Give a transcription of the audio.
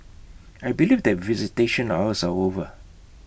I believe that visitation hours are over